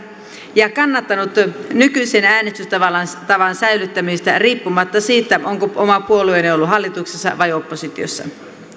ja kannattanut nykyisen äänestystavan säilyttämistä riippumatta siitä onko oma puolueeni ollut hallituksessa vai oppositiossa